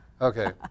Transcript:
Okay